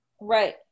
Right